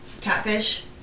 catfish